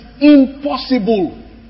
impossible